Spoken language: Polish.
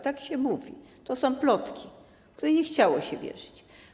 Tak się mówi, to są plotki, w które nie chciało się wierzyć.